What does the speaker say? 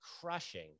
crushing